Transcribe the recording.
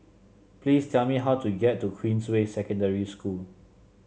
please tell me how to get to Queensway Secondary School